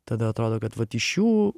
tada atrodo kad vat iš jų